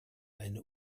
eine